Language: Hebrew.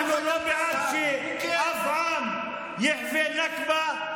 אנחנו לא בעד שאף עם יחווה נכבה,